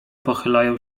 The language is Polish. pochylają